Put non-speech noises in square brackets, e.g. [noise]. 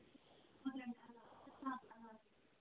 [unintelligible]